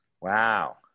Wow